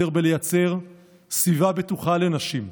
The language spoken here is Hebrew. יותר בלייצר סביבה בטוחה לנשים,